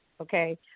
Okay